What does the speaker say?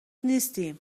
نیستیم